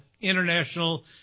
international